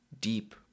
deep